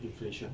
inflation